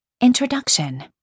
Introduction